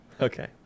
Okay